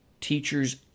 teachers